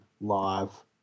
live